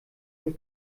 für